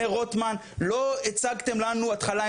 אומר רוטמן לא הצגתם לנו התחלה,